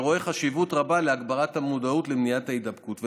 והוא רואה חשיבות רבה להגברת המודעות למניעת ההידבקות.